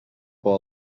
por